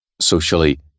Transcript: socially